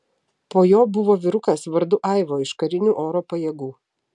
po jo buvo vyrukas vardu aivo iš karinių oro pajėgų